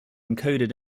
encoded